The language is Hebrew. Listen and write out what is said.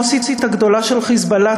הבוסית הגדולה של "חיזבאללה",